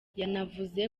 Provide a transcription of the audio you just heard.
yanavuze